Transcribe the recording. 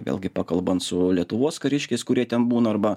vėlgi pakalbant su lietuvos kariškiais kurie ten būna arba